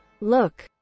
look